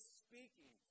speaking